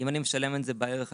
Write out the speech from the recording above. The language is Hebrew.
אם אני משלם על זה בערך השעה,